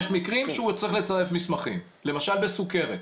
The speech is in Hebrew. יש מקרים שהוא צריך לצרף מסמכים, למשל בסוכרת.